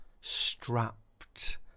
strapped